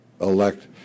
elect